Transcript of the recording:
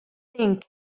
thing